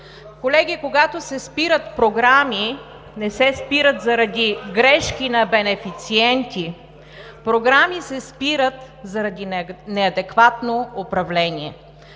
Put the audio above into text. Колеги, когато се спират програми, не се спират заради грешки на бенефициенти. Програми се спират заради неадекватно управление.